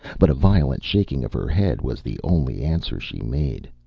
but a violent shaking of her head was the only answer she made.